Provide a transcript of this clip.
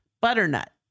Butternut